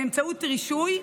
באמצעות רישוי,